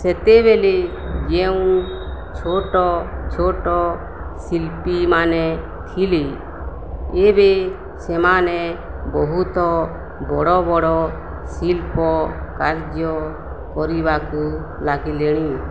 ସେତେବେଳେ ଯେଉଁ ଛୋଟ ଛୋଟ ଶିଳ୍ପୀମାନେ ଥିଲେ ଏବେ ସେମାନେ ବହୁତ ବଡ଼ ବଡ଼ ଶିଳ୍ପ କାର୍ଯ୍ୟ କରିବାକୁ ଲାଗିଲେଣି